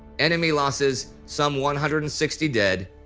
enemy losses some one hundred and sixty dead,